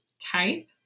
type